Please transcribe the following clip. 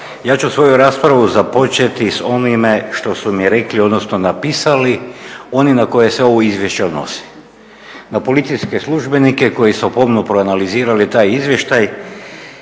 ja ću svoju raspravu započeti s onime što su mi rekli, odnosno napisali oni na koje se ovo izvješće odnosi, na policijske službenike koji su pomno proanalizirali taj izvještaj